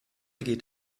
geht